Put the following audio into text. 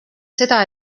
seda